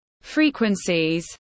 frequencies